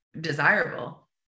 desirable